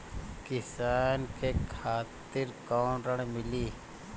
किसान के खातिर कौन ऋण मिली?